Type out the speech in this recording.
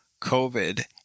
COVID